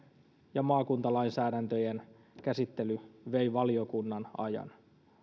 ja maakuntalainsäädäntöjen käsittely vei valiokunnan ajan